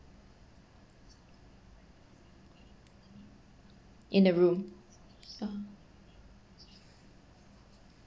in the room ah